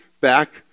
back